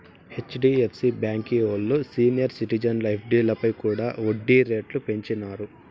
HDFC బాంకీ ఓల్లు senior సిటిజన్ల ఎఫ్డీలపై కూడా ఒడ్డీ రేట్లు పెంచినారు